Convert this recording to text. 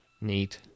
Neat